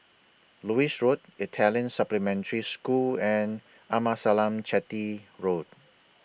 Lewis Road Italian Supplementary School and Amasalam Chetty Road